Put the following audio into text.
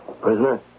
Prisoner